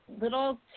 little